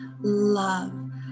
love